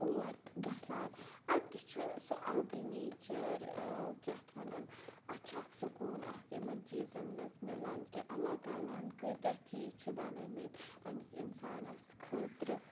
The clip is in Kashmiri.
اور گَژھان اَتہِ تہِ چھُ سُہ الگٕے نیچَر کیاہ اَتھ وَنان اَتھ چھُ اکھ سکوٗن اکھ یِمَن چیٖزَن مَنٛز مِلان کہِ اللہ تعالٰی ہَن کیٖتیاہ چیٖز چھِ بَنٲے مٕتۍ أمِس اِنسانَس خٲطرٕ